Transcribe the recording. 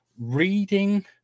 reading